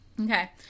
Okay